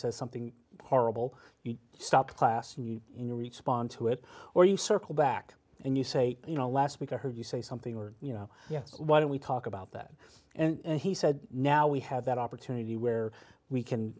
says something horrible you stop class and you know respond to it or you circle back and you say you know last week i heard you say something or you know why don't we talk about that and he said now we have that opportunity where we can